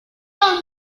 don